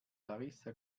larissa